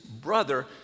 brother